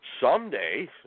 Someday